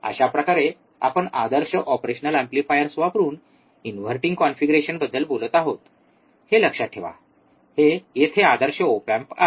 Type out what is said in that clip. अशा प्रकारे आपण आदर्श ऑपरेशनल एम्प्लीफायर्स वापरून इनव्हर्टिंग कॉन्फिगरेशनबद्दल बोलत आहोत हे लक्षात ठेवा हे येथे आदर्श ओप एम्प आहे